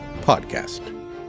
podcast